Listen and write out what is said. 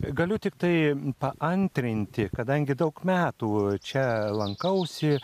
galiu tiktai paantrinti kadangi daug metų čia lankausi